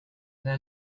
أنا